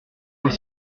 vos